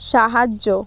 সাহায্য